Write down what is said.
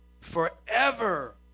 forever